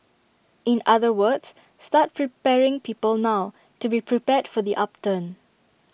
in other words start preparing people now to be prepared for the upturn